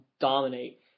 dominate